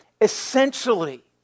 essentially